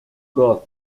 god